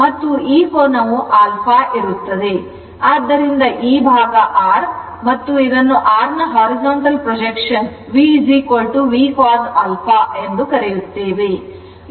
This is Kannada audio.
ಆದ್ದರಿಂದ ಈ ಭಾಗ R ಮತ್ತುಇದನ್ನು R ನ horizontal projection V VCos α ಎಂದು ಕರೆಯುತ್ತೇವೆ